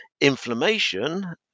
inflammation